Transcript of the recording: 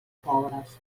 pobres